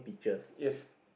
yes